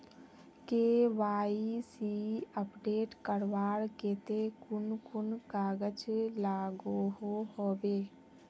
KYC update करवार केते कुन कुन कागज लागोहो होबे?